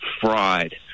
fried